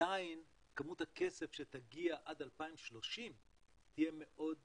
עדיין כמות הכסף שתגיע עד 2030 תהיה מאוד קטנה.